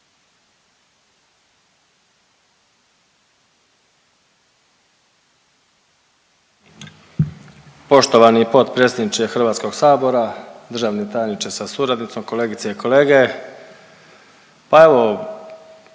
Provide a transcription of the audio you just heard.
Poštovani potpredsjedniče Hrvatskog sabora, državni tajniče sa suradnicom, kolegice i kolege. Pa evo